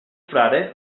frare